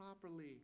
properly